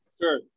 sure